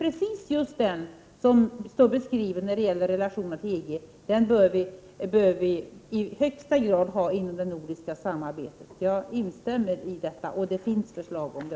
Den dynamik som står beskriven när det gäller relationerna till EG bör vi i högsta grad ha inom det nordiska samarbetet. Jag instämmer i detta. Det finns också förslag om det.